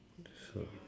so